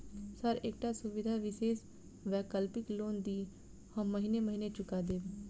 Sir एकटा सुविधा विशेष वैकल्पिक लोन दिऽ हम महीने महीने चुका देब?